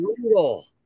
brutal